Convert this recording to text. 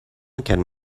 can